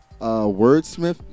wordsmith